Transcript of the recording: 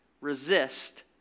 resist